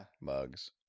Mugs